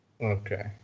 Okay